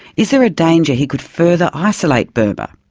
is there a danger he could further isolate burma?